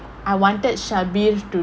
I wanted shabir to